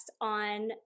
on